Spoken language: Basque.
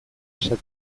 esaten